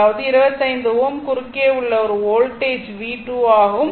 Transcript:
அதாவது 25 Ω குறுக்கே உள்ள ஒரு வோல்ட்டேஜ் V2 ஆகும்